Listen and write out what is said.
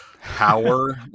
power